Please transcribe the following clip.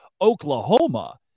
Oklahoma